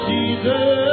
Jesus